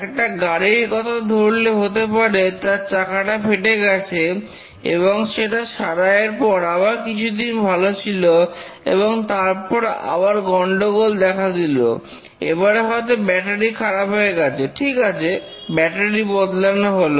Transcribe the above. একটা গাড়ির কথা ধরলে হতে পারে তার চাকাটা ফেটে গেছে এবং সেটা সারাইয়ের পর আবার কিছুদিন ভালো ছিল এবং তারপর আবার গন্ডগোল দেখা দিল এবারে হয়তো ব্যাটারি খারাপ হয়ে গেছে ঠিক আছে ব্যাটারি বদলানো হল